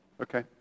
Okay